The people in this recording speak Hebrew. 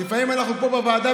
כי לפעמים אנחנו פה בוועדה,